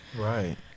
Right